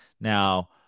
Now